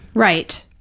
right.